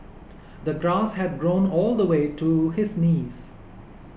the grass had grown all the way to his knees